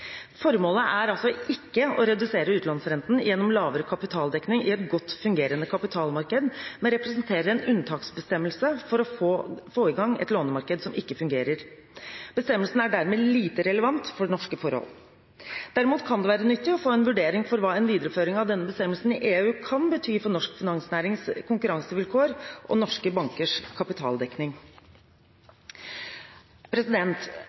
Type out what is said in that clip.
Formålet er altså ikke å redusere utlånsrenten gjennom lavere kapitaldekning i et godt fungerende kapitalmarked, men representerer en unntaksbestemmelse for å få i gang et lånemarked som ikke fungerer. Bestemmelsen er dermed lite relevant for norske forhold. Derimot kan det være nyttig å få en vurdering av hva en videreføring av denne bestemmelsen i EU kan bety for norsk finansnærings konkurransevilkår og norske bankers kapitaldekning.